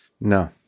No